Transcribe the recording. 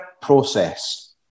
process